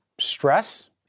stress